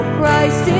Christ